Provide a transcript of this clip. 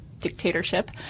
dictatorship